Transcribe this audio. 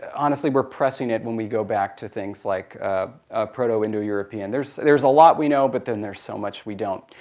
honestly, we're pressing it when we go back to things like proto-indo-european. there's there's a lot we know but then there's so much we don't.